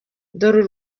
dore